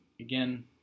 again